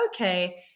okay